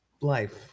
life